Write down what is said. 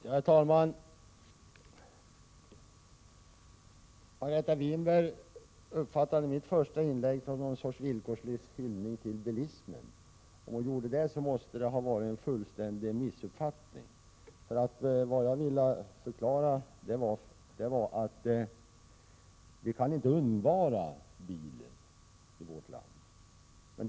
Herr talman! Margareta Winberg uppfattade mitt första inlägg som någon sorts villkorslös hyllning till bilismen. Det måste vara fråga om en fullständig missuppfattning. Vad jag ville förklara var att vi inte kan undvara bilen i vårt land.